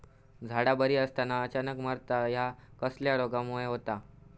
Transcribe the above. झाडा बरी असताना अचानक मरता हया कसल्या रोगामुळे होता?